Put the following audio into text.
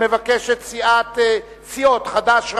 מבקשות סיעות חד"ש,